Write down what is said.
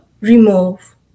remove